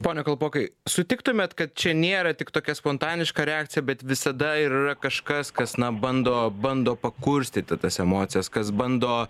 pone kalpokai sutiktumėt kad čia nėra tik tokia spontaniška reakcija bet visada ir kažkas kas na bando bando pakurstyti tas emocijas kas bando